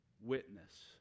witness